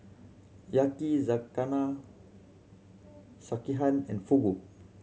Yakizakana Sekihan and Fugu